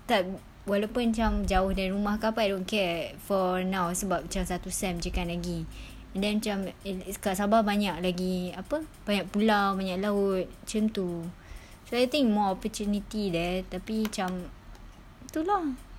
tak walaupun macam jauh dari rumah apa I don't care for now sebab macam satu sem~ jer kan lagi and then macam and it's kat sabah banyak lagi apa banyak pulau banyak laut macam tu so I think more opportunity there tapi macam tu lah